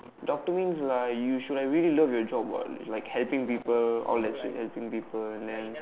doctor means like you should have really love your job what like helping people all that shit helping people and then